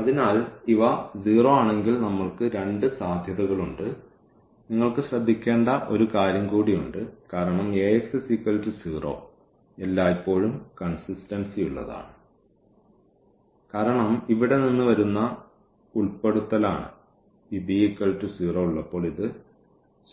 അതിനാൽ ഇവ 0 ആണെങ്കിൽ നമ്മൾക്ക് രണ്ട് സാധ്യതകളുണ്ട് നിങ്ങൾക്ക് ശ്രദ്ധിക്കേണ്ട ഒരു കാര്യം കൂടി ഉണ്ട് കാരണം Ax0 എല്ലായ്പ്പോഴും കൺസിസ്റ്റൻസിയുള്ളത് ആണ് കാരണം ഇവിടെ നിന്ന് വരുന്ന ഉൾപ്പെടുത്തലാണ് ഈ b0 ഉള്ളപ്പോൾ ഇത്